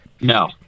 no